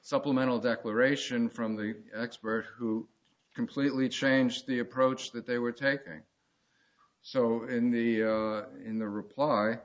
supplemental declaration from the expert who completely changed the approach that they were taking so in the in the